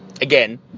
Again